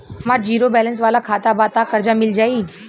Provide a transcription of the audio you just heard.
हमार zero balance वाला खाता बा त कर्जा मिल जायी?